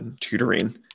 tutoring